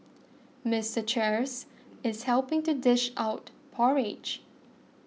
Mister Charles is helping to dish out porridge